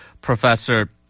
professor